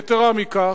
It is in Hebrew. יתירה מכך,